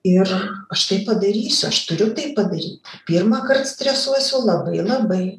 ir aš tai padarysiu aš turiu tai padaryti pirmąkart stresuosiu labai labai